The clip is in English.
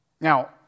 Now